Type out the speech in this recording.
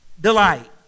delight